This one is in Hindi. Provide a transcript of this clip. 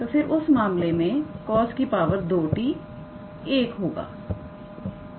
तो फिर उस मामले में 𝑐𝑜𝑠2 𝑡 1 होगा